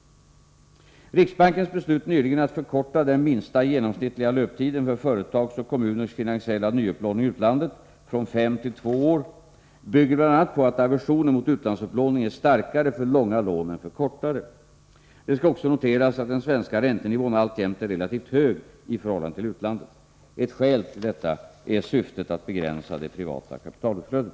Riksbankens beslut nyligen att förkorta den minsta genomsnittliga löptiden för företags och kommuners finansiella nyupplåning i utlandet från fem till två år bygger bl.a. på att aversionen mot utlandsupplåning är starkare för långa lån än för kortare. Det skall också noteras att den svenska räntenivån alltjämt är relativt hög i förhållande till utlandet. Ett skäl till detta är syftet att begränsa det privata kapitalutflödet.